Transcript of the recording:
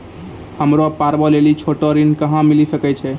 हमरा पर्वो लेली छोटो ऋण कहां मिली सकै छै?